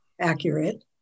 accurate